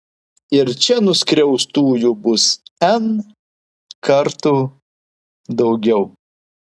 ir čia nuskriaustųjų bus n kartų daugiau